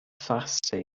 faster